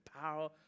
power